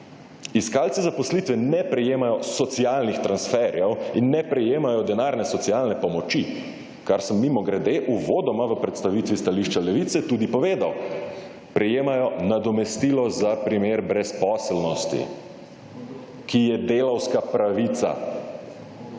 Iskalci zaposlitve ne prejemajo socialnih transferjev in ne prejemajo denarne socialne pomoči, kar sem mimogrede uvodoma v predstavitvi stališča Levice tudi povedal. Prejemajo nadomestilo za primer brezposelnosti, ki je delavska pravica.